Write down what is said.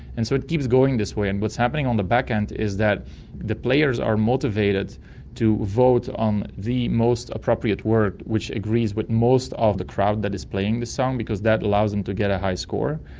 and so it keeps going this way, and what's happening on the back end is that the players are motivated to vote on the most appropriate word that agrees with most of the crowd that is playing this song, because that allows them to get a high score,